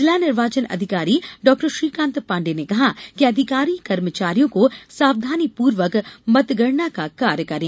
जिला निर्वाचन अधिकारी डॉक्टर श्रीकांत पाण्डे ने कहा कि अधिकारियों कर्मचारियों को सावधानीपूर्वक मतगणना का कार्य करें